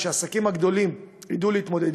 העסקים הגדולים ידעו להתמודד.